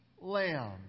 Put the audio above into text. lamb